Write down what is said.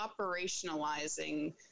operationalizing